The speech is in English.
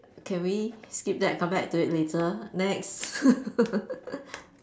can we skip that and come back to it later next